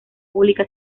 pública